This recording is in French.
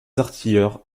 artilleurs